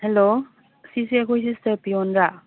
hello ꯁꯤꯁꯦ ꯑꯩꯈꯣꯏꯁꯦ sir ꯄꯤꯌꯣꯟꯔꯥ